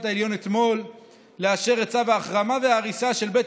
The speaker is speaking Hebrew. העליון אתמול לאשר את צו ההחרמה וההריסה של בית